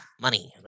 money